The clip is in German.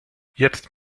jetzt